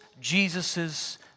jesus's